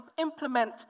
implement